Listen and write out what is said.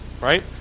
right